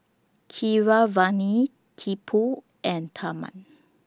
Keeravani Tipu and Tharman